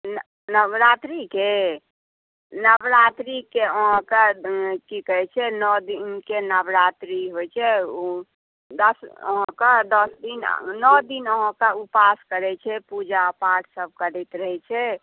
नवरात्रीके नवरात्रीके अहाँके की कहै छै नओ दिन हुनके नवरात्री होइ छै अहाँके दस दिन अहाँके नओ दिन अहाँके पाठ करै छै पुजा पाठ सभ किछु करैत रहै छै